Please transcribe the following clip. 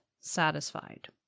satisfied